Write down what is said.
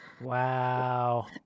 Wow